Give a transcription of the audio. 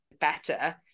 better